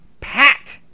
Pat